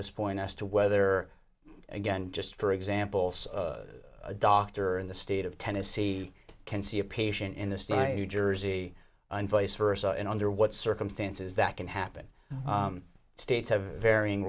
this point as to whether again just for example say a doctor in the state of tennessee can see a patient in this new jersey and vice versa and under what circumstances that can happen states have varying